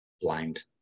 blind